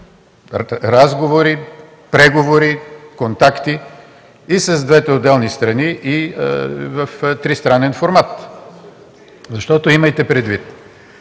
разговори, преговори, контакти и с двете отделни страни, и в тристранен формат? Имайте предвид